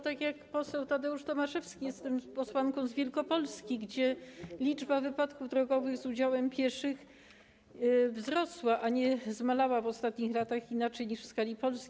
Tak jak poseł Tadeusz Tomaszewski jestem posłanką z Wielkopolski, gdzie liczba wypadków drogowych z udziałem pieszych wzrosła, a nie zmalała w ostatnich latach, inaczej niż w skali Polski.